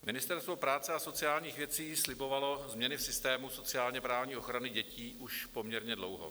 Ministerstvo práce a sociálních věcí slibovalo změny v systému sociálněprávní ochrany dětí už poměrně dlouho.